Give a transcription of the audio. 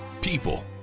people